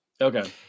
Okay